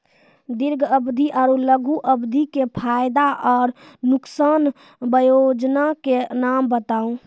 दीर्घ अवधि आर लघु अवधि के फायदा आर नुकसान? वयोजना के नाम बताऊ?